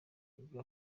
ibyo